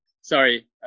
sorry